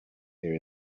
here